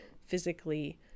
physically